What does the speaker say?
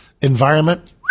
environment